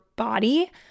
Body